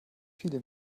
viele